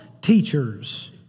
teachers